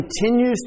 continues